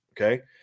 Okay